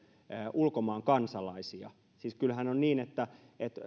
ulkomaan kansalaisia siis kyllähän on niin että